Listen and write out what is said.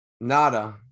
nada